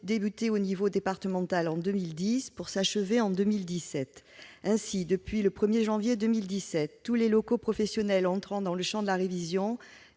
débuté à l'échelon départemental en 2010 pour s'achever en 2017. Ainsi, depuis le 1 janvier 2017, tous les locaux professionnels entrant dans le champ de la révision